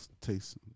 taste